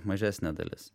mažesnė dalis